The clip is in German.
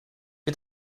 wir